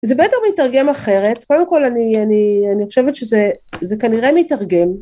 זה בטח מתרגם אחרת קודם כל אני חושבת שזה כנראה מתרגם